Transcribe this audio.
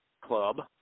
club